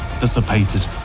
dissipated